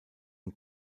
und